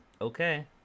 okay